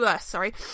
Sorry